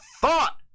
thought